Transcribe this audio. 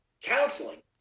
counseling